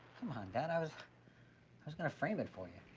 come on, dad. i was i was gonna frame it for ya.